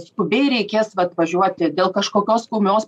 skubiai reikės vat važiuoti dėl kažkokios ūmios